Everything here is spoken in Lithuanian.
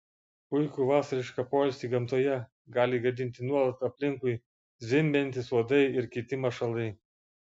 puikų vasarišką poilsį gamtoje gali gadinti nuolat aplinkui zvimbiantys uodai ir kiti mašalai